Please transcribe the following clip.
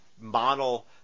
model